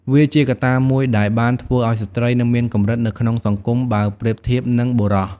វាជាកត្តាមួយដែលបានធ្វើឱ្យស្ត្រីនៅមានកម្រិតនៅក្នុងសង្គមបើប្រៀបធៀបនឹងបុរស។